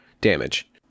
damage